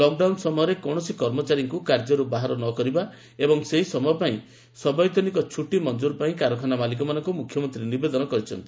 lock down ସମୟରେ କୌଣସି କର୍ମଚାରୀଙ୍କୁ କାର୍ଯ୍ୟରୁ ବାହାର ନ କରିବା ଏବଂ ସେହିସମୟ ପାଇଁ ସବୈତନିକ ଛୁଟି ମଂକୁର ପାଇଁ କାରଖାନା ମାଲିକମାନଙ୍କୁ ମୁଖ୍ୟମନ୍ତ୍ରୀ ନିବେଦନ କରିଛନ୍ତି